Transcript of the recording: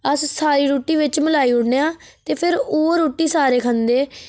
अस सारी रूट्टी बिच मलाई उड़ने आं ते फिर उऐ रूट्टी सारे खंदे